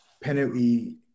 penalty